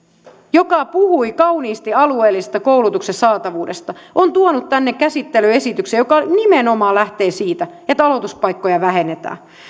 joka puhui kauniisti alueellisesta koulutuksen saatavuudesta on tuonut tänne käsittelyyn esityksen joka nimenomaan lähtee siitä että aloituspaikkoja vähennetään